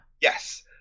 Yes